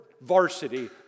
varsity